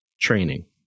training